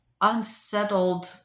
unsettled